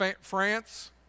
France